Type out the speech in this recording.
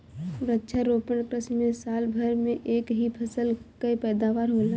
वृक्षारोपण कृषि में साल भर में एक ही फसल कअ पैदावार होला